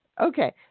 Okay